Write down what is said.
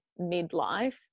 midlife